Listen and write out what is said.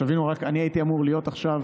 שתבינו, אני הייתי אמור להיות עכשיו